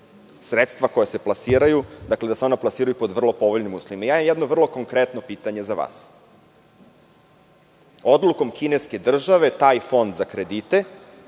sredstva koja se plasiraju, da se ona plasiraju pod vrlo povoljnim uslovima. Imam jedno vrlo konkretno pitanje za vas. Odlukom kineske države taj fond za kredite